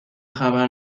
خبر